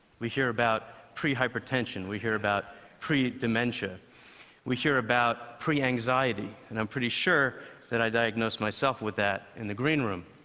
we hear about pre-hypertension, we hear about pre-dementia, we hear about pre-anxiety, and i'm pretty sure that i diagnosed myself with that in the green room.